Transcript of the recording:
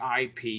IP